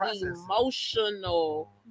emotional